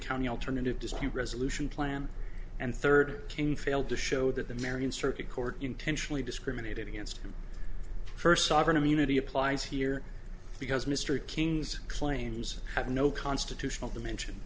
county alternative dispute resolution plan and third king failed to show that the marion circuit court intentionally discriminated against first sovereign immunity applies here because mr king's claims have no constitutional dimension